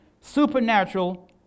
supernatural